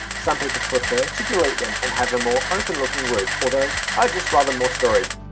some people prefer to delete them and have a more open looking roof although i've just rather more storage.